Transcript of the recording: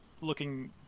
looking